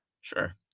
Sure